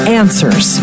answers